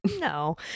No